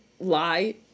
lie